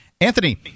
Anthony